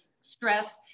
stress